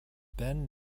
ben